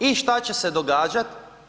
I šta će se događat?